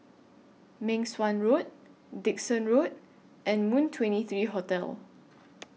Meng Suan Road Dickson Road and Moon twenty three Hotel